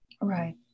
Right